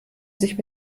sich